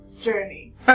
journey